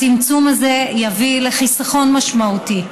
הצמצום הזה יביא לחיסכון משמעותי.